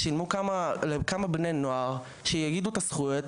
שילמו בעצם לכמה בני נוער שיגידו את הזכויות,